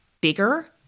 bigger